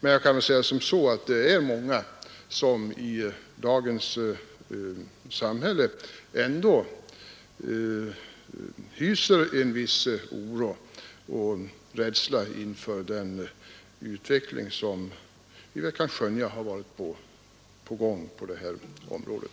Men jag vill ändå säga att det är många som i dagens samhälle hyser en viss oro och rädsla inför den utveckling som vi har kunnat skönja på det här området.